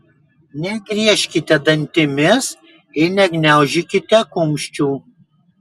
negriežkite dantimis ir negniaužykite kumščių